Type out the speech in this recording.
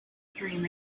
dream